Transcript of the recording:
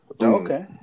Okay